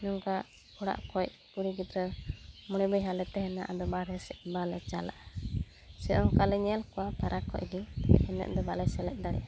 ᱱᱚᱝᱠᱟ ᱚᱲᱟᱜ ᱠᱷᱚᱱ ᱠᱩᱲᱤ ᱜᱤᱫᱽᱨᱟ ᱢᱚᱲᱮ ᱵᱚᱭᱦᱟ ᱞᱮ ᱛᱟᱦᱮᱸᱞᱮᱱᱟ ᱟᱫᱚ ᱵᱟᱨᱦᱮ ᱥᱮᱫ ᱵᱟᱞᱮ ᱪᱟᱞᱟᱜᱼᱟ ᱥᱮ ᱚᱱᱠᱟᱞᱮ ᱧᱮᱞ ᱠᱚᱣᱟ ᱯᱷᱟᱨᱟᱠ ᱠᱷᱚᱱ ᱜᱮ ᱟᱫᱚ ᱵᱟᱞᱮ ᱥᱮᱞᱮᱫ ᱫᱟᱲᱮᱜᱼᱟ